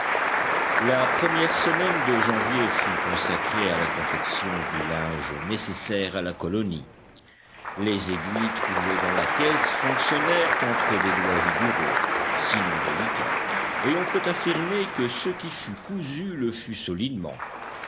la première semaine de janvier fut consacrée à la confection du linge nécessaire à la colonie les aiguilles trouvées dans la caisse fonctionnèrent entre des doigts vigoureux sinon délicats et on peut affirmer que ce qui fut cousu le fut solidement